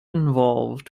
involved